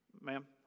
Ma'am